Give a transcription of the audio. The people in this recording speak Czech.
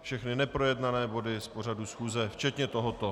Všechny neprojednané body z pořadu schůze, včetně tohoto.